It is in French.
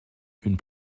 une